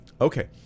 okay